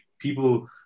people